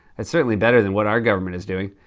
that's certainly better than what our government is doing.